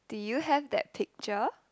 do you have that picture